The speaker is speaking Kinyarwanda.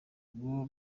ngo